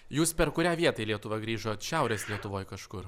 jūs per kurią vietą į lietuvą grįžot šiaurės lietuvoj kažkur